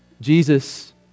Jesus